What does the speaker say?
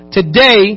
Today